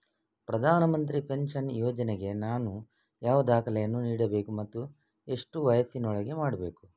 ಪ್ರಧಾನ ಮಂತ್ರಿ ಪೆನ್ಷನ್ ಯೋಜನೆಗೆ ನಾನು ಯಾವ ದಾಖಲೆಯನ್ನು ನೀಡಬೇಕು ಮತ್ತು ಎಷ್ಟು ವಯಸ್ಸಿನೊಳಗೆ ಮಾಡಬೇಕು?